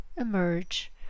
Emerge